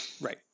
right